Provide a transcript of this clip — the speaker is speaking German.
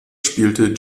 spielte